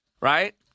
Right